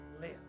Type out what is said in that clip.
live